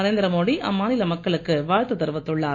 நரேந்திரமோடி அம்மாநில மக்களுக்கு வாழ்த்து தெரிவித்துள்ளார்